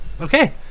Okay